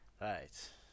Right